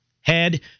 head